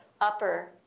upper